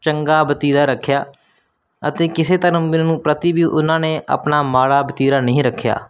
ਚੰਗਾ ਵਤੀਰਾ ਰੱਖਿਆ ਅਤੇ ਕਿਸੇ ਧਰਮ ਵੀਰ ਨੂੰ ਪ੍ਰਤੀ ਵੀ ਉਹਨਾਂ ਨੇ ਆਪਣਾ ਮਾੜਾ ਵਤੀਰਾ ਨਹੀਂ ਰੱਖਿਆ